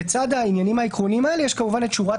לצד העניינים העקרוניים האלה יש שורת